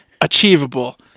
achievable